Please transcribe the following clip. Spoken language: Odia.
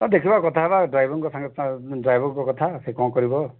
ହଁ ଦେଖିବା କଥା ହବା ଡ୍ରାଇଭରଙ୍କ ସାଙ୍ଗରେ ଡ୍ରାଇଭରଙ୍କ କଥା ସେ କଣ କରିବ